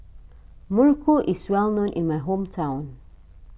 Muruku is well known in my hometown